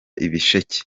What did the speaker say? ibisheke